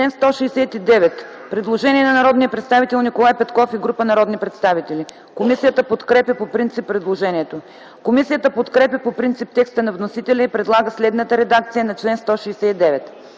174 има предложение на Николай Петков и група народни представители. Комисията подкрепя по принцип предложението. Комисията подкрепя по принцип текста на вносителя и предлага следната редакция на чл. 174: